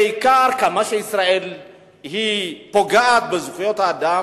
בעיקר על כמה שישראל פוגעת בזכויות האדם,